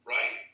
Right